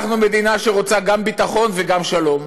אנחנו מדינה שרוצה גם ביטחון וגם שלום,